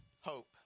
hope